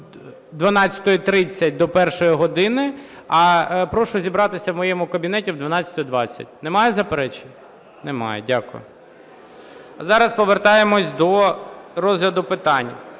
12:30 до 1 години, а прошу зібратися в моєму кабінеті о 12:20. Немає заперечень? Немає. Дякую. Зараз повертаємося до розгляду питань.